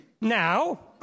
Now